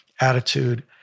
attitude